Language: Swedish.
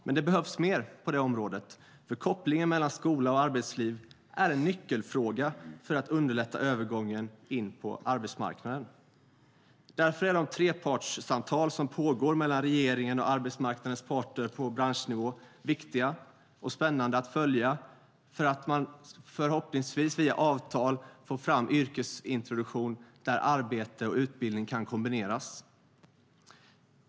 Men det behövs mer på det området. Kopplingen mellan skola och arbetsliv är en nyckelfråga när det gäller att underlätta övergången in på arbetsmarknaden. Därför är de trepartssamtal som pågår mellan regeringen och arbetsmarknadens parter på branschnivå viktiga och spännande att följa. Man ska förhoppningsvis via avtal få fram yrkesintroduktion, där arbete och utbildning kan kombineras.